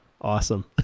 Awesome